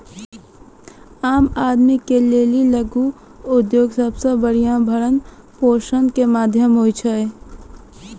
आम आदमी के लेली लघु उद्योग सबसे बढ़िया भरण पोषण के माध्यम छै